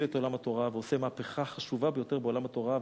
את עולם התורה ועושה מהפכה חשובה ביותר בעולם התורה.